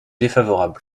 défavorable